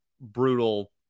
brutal